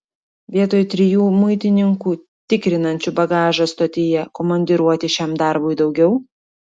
vietoj trijų muitininkų tikrinančių bagažą stotyje komandiruoti šiam darbui daugiau